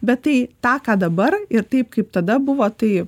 bet tai tą ką dabar ir taip kaip tada buvo tai